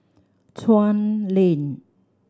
Chuan Lane